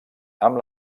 amb